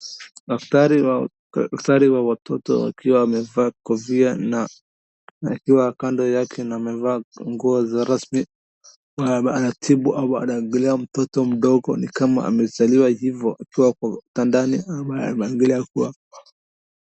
Daktari wa watoto akiwa amevaa kofia na akiwa kando yake na amevaa nguo za rasmi ,anatibu au anaangalia mtoto mdogo ni kama amezaliwa hivo akiwa kitandani.